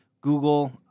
Google